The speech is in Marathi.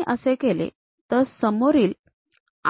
जर मी असे केले तर समोरील